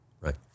Right